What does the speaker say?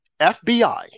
FBI